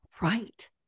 Right